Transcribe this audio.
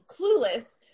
Clueless